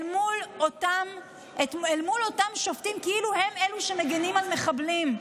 אל מול השופטים, כאילו הם אלו שמגינים על מחבלים.